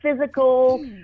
physical